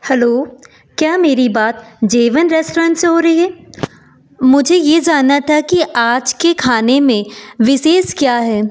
hello क्या मेरी बात जेवन रेस्टोरेन से हो रही है मुझे यह ज़ानना था कि आज के खाने में विशेष क्या है